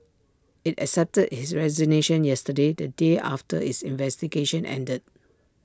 IT accepted his resignation yesterday the day after its investigation ended